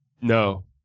No